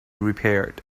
repaired